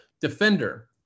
Defender